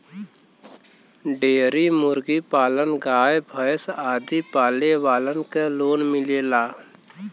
dairy मुर्गी पालन गाय भैस आदि पाले वालन के लोन मिलेला